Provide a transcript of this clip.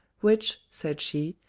which, said she,